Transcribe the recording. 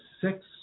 six